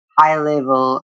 high-level